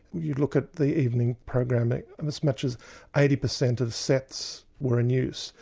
you'd look at the evening program and as much as eighty percent of sets were in use.